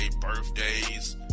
birthdays